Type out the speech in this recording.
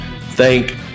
Thank